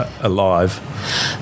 alive